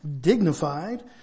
dignified